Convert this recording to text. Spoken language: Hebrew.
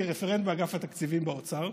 כרפרנט באגף התקציבים באוצר,